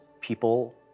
people